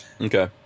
Okay